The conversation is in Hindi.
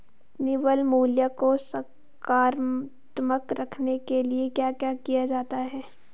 निवल मूल्य को सकारात्मक रखने के लिए क्या क्या किया जाता है?